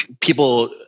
people